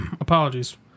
Apologies